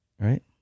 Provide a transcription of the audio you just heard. right